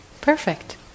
Perfect